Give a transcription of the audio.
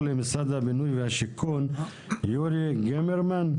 יורי גמרמן,